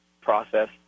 process